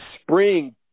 spring